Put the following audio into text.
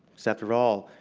so after all,